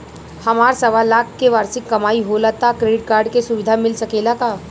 हमार सवालाख के वार्षिक कमाई होला त क्रेडिट कार्ड के सुविधा मिल सकेला का?